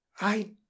I